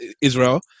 Israel